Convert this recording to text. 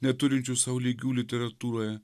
neturinčių sau lygių literatūroje